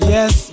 Yes